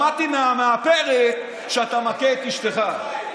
שמעתי מהמאפרת שאתה מכה את אשתך.